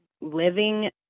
living